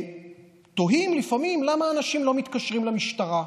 ותוהים לפעמים למה אנשים לא מתקשרים למשטרה.